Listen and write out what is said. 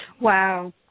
Wow